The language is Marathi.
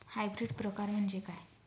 हायब्रिड प्रकार म्हणजे काय?